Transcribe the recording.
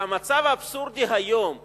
המצב האבסורדי היום הוא,